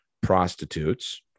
prostitutes